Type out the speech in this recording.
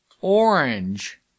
Orange